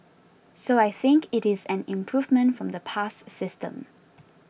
so I think it is an improvement from the past system